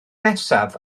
nesaf